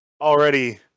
already